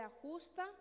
justa